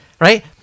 Right